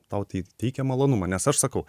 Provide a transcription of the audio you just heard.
tau tai teikia malonumą nes aš sakau